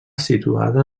situada